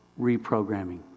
reprogramming